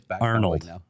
Arnold